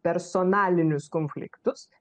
personalinius konfliktus